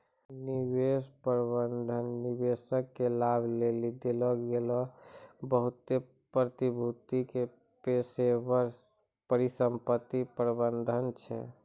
निवेश प्रबंधन निवेशक के लाभ लेली देलो गेलो बहुते प्रतिभूति के पेशेबर परिसंपत्ति प्रबंधन छै